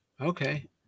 Okay